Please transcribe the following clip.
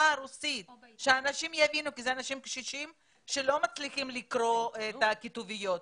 כדי שאנשים יבינו כי אלה אנשים קשישים שלא מצליחים לקרוא את הכתוביות.